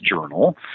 journal